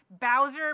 Bowser